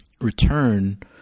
return